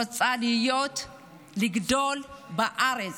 רוצה לגדול בארץ.